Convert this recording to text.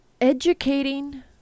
educating